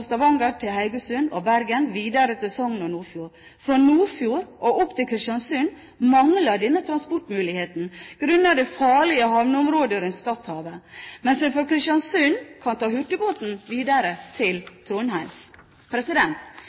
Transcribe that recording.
Stavanger til Haugesund og Bergen, videre til Sogn og Nordfjord. Fra Nordfjord og opp til Kristiansund mangler denne transportmuligheten grunnet det farlige havområdet rundt Stadhavet, mens en fra Kristiansund kan ta hurtigbåt videre til Trondheim.